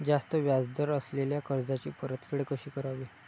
जास्त व्याज दर असलेल्या कर्जाची परतफेड कशी करावी?